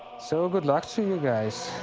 so good luck to you guys.